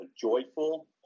joyful